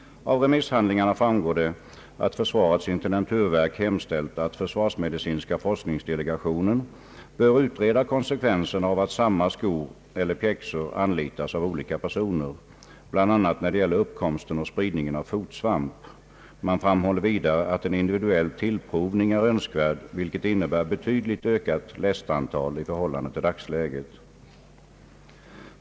Av remisshandlingarna framgår att försvarets intendenturverk hemställt, att försvarsmedicinska forskningsdelegationen bör utreda konsekvenserna av att samma skor eller pjäxor användes av olika personer, bl.a. när det gäller uppkomsten och spridningen av fotsvamp. Man framhåller vidare att en individuell tillprovning är Öönskvärd, vilket innebär betydligt ökat lästantal i förhållande till dagsläget.